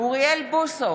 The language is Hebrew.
אוריאל בוסו,